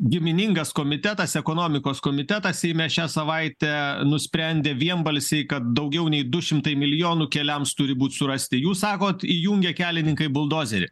giminingas komitetas ekonomikos komitetas seime šią savaitę nusprendė vienbalsiai kad daugiau nei du šimtai milijonų keliams turi būt surasti jūs sakot įjungė kelininkai buldozerį